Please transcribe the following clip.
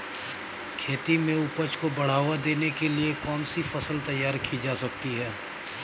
खेती में उपज को बढ़ावा देने के लिए कौन सी फसल तैयार की जा सकती है?